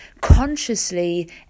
consciously